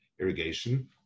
irrigation